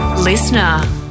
Listener